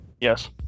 Yes